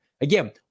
again